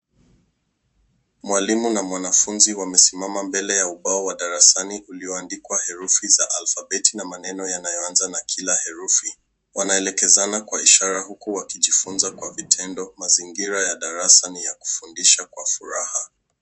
Mwalimu na mwanafunzi wamesimama mbele ya ubao wa darasani ulioandikwa herufi za alfabeti na maneno yanayoanza na kila herufi. Wanaelekezana kwa ishara huku wakijifunza kwa vitendo. Mazingira ya darasa ni ya kufundisha kwa furaha.